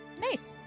Nice